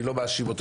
אני לא מאשים אותו,